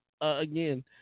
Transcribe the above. again